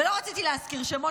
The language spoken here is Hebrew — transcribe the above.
לא רציתי להזכיר שמות,